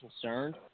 concerned